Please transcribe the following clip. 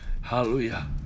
Hallelujah